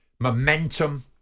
momentum